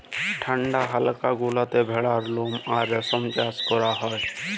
ঠাল্ডা ইলাকা গুলাতে ভেড়ার লম আর রেশম চাষ ক্যরা হ্যয়